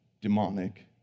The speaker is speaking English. demonic